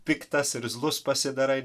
piktas irzlus pasidarai